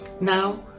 Now